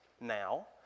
now